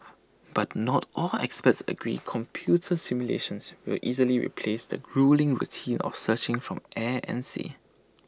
but not all experts agree computer simulations will easily replace the gruelling routine of searching from air and sea